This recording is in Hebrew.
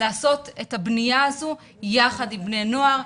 לעשות את הבניה הזו יחד עם בני הנוער,